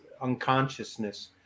unconsciousness